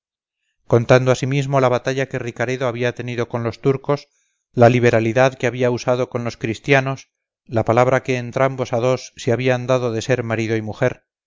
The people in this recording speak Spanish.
contando asimismo la batalla que ricaredo había tenido con los turcos la liberalidad que había usado con los christianos la palabra que entrambos a dos se habían dado de ser marido y mujer